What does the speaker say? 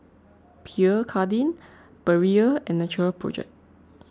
Pierre Cardin Perrier and Natural Project